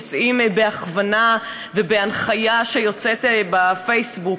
יוצאים בהכוונה ובהנחיה בפייסבוק.